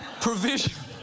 Provision